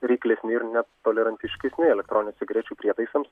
reiklesni ir netolerantiškesni elektroninių cigarečių prietaisams